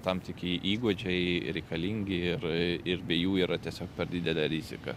tam tiki įgūdžiai reikalingi ir ir be jų yra tiesiog per didelė rizika